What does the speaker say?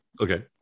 okay